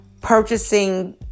purchasing